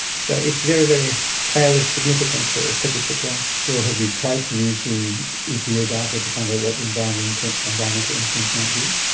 so it's very, very highly significant statistically. so have you tried to use the epa data to find out what the environmental environmental influence might be?